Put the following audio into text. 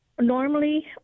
normally